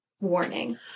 warning